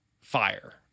fire